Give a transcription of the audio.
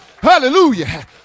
Hallelujah